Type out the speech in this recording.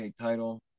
title